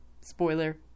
spoiler